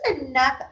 enough